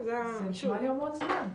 זה נשמע לי המון זמן.